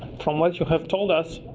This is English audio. from what you have told us,